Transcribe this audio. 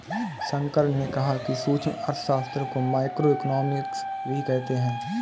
शंकर ने कहा कि सूक्ष्म अर्थशास्त्र को माइक्रोइकॉनॉमिक्स भी कहते हैं